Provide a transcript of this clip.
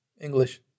English